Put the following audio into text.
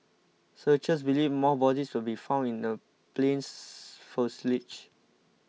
searchers believe more bodies will be found in the plane's fuselage